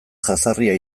jazarria